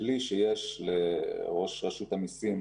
הכלי שיש לראש רשות המיסים